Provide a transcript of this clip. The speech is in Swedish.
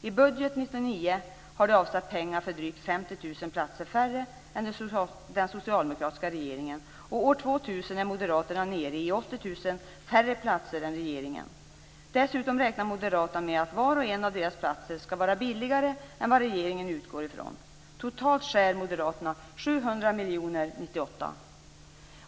I budgeten 1999 har de avsatt pengar för drygt 50 000 platser färre än den socialdemokratiska regeringen, och år 2000 är moderaterna nere i 80 000 färre platser än regeringen. Dessutom räknar moderaterna med att var och en av deras platser skall vara billigare än vad regeringen utgår ifrån. Totalt skär moderaterna 700 miljoner 1998.